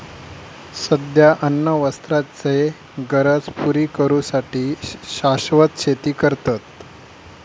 सध्या अन्न वस्त्राचे गरज पुरी करू साठी शाश्वत शेती करतत